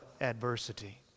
adversity